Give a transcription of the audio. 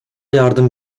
yardım